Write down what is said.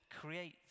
create